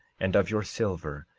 and of your silver,